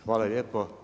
Hvala lijepo.